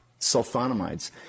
sulfonamides